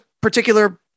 particular